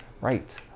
right